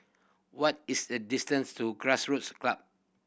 what is the distance to Grassroots Club